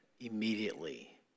immediately